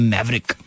Maverick